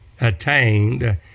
attained